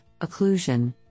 occlusion